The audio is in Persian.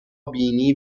بینی